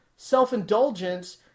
self-indulgence